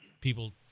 People